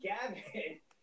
Gavin